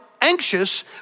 anxious